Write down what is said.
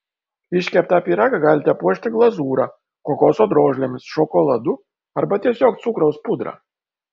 iškeptą pyragą galite puošti glazūra kokoso drožlėmis šokoladu arba tiesiog cukraus pudra